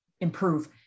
improve